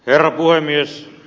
herra puhemies